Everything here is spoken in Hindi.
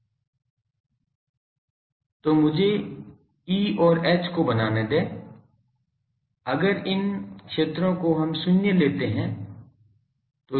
तो मुझे E और H को बनाने दें अगर इन क्षेत्रों को हम शून्य लेते हैं